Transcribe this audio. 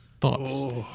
Thoughts